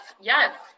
Yes